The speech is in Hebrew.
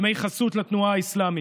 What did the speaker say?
דמי חסות לתנועה האסלאמית.